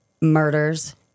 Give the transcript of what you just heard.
Murders